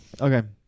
okay